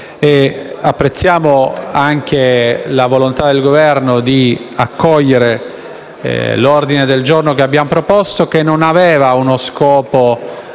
Apprezziamo anche la volontà del Governo di accogliere l'ordine del giorno che abbiamo presentato, che ha lo scopo